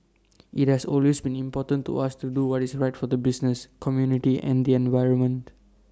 IT has always been important to us to do what is right for the business community and the environment